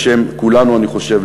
בשם כולנו אני חושב,